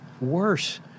Worse